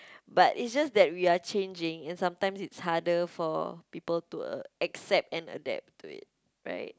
but it's just that we are changing and sometimes it's harder for people to uh accept and adapt to it right